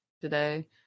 today